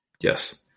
Yes